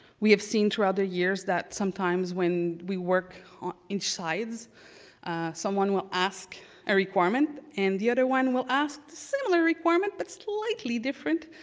we have seen throughout the years that sometimes that when we work inside someone will ask a requirement and the other one will ask a similar requirement but slightly different,